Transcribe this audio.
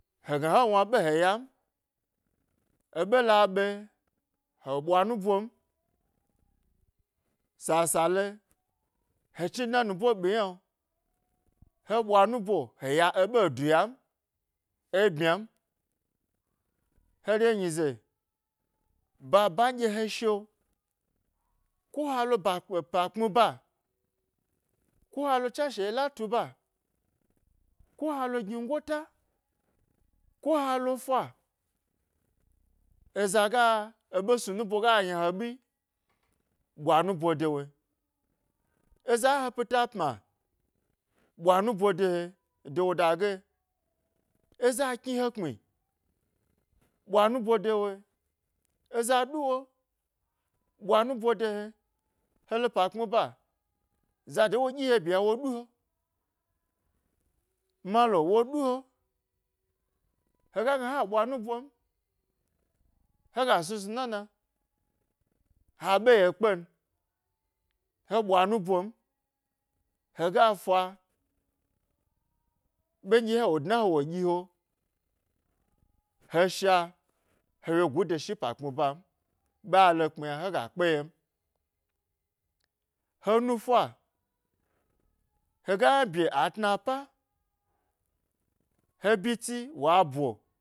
Hegna he wna ɓe he yan, eɓe ha ɓe, he bwa nubom sasa le he chnidna nubu ɓi yna he bwa nubo he ya eɓe du yare bmya m, he re nyize haba nɗye he shi'o ko ha lo ba, pa kpmi ba ko ha lo tswashe ye latu ba, ko ha lo gni gota ko ha lo fa eza ga eɓe snu he nubo ga yna he ɓi ɓwa nubo de woe, eza he pita pma ɓwa nubo de wa, woda ge, eza kni he kpmi, ɓwa nubo de woe eza ɗu he ɓwa nubode he, helo pa kpmi ba, zade wo ɗyi he ɓye yna wo du he, malo, wo ɗu he hega gna ha ɓwa nubo n hega snu snu na na, haɓe ye kpe n he ɓwa nubon hega fa ɓe nɗye hna wo dna he wo ɗyi he, he sha he wyegu de shi pa kpmi ba n ɓe he, lo kpmi yna hega kpe ye m. He nufa hega yna bye a tnapa he byi tsi wa bo.